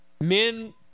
Men